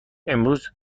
امروز